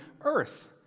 Earth